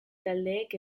taldeek